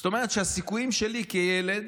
זאת אומרת שהסיכויים שלי כילד